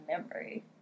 memory